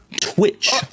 Twitch